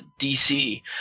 DC